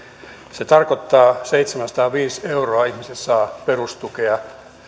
se tarkoittaa että ihmiset saavat seitsemänsataaviisi euroa perustukea